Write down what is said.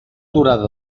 durada